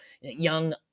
young